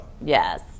yes